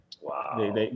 Wow